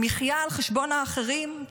המחיה על חשבון האחרים,